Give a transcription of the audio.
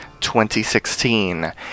2016